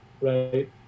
right